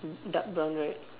E dark brown right